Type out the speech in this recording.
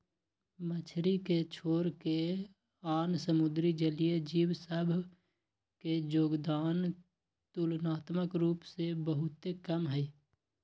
मछरी के छोरके आन समुद्री जलीय जीव सभ के जोगदान तुलनात्मक रूप से बहुते कम हइ